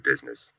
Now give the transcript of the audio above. business